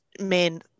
men